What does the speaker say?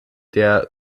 der